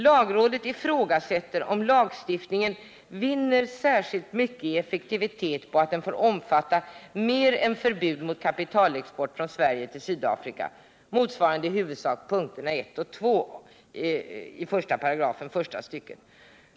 Lagrådet ifrågasätter, om lagstiftningen vinner särskilt mycket i effektivitet på att den får omfatta mer än förbud mot kapitalexport från Sverige till Sydafrika, motsvarande i huvudsak punkterna 1 och 2 i 1§ första stycket.